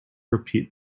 repeat